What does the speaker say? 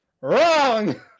Wrong